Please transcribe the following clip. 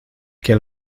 que